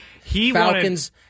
Falcons